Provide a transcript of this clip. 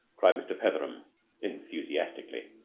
cried mr. petheram enthusiastically.